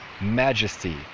majesty